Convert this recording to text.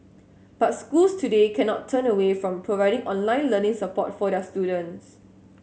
but schools today cannot turn away from providing online learning support for their students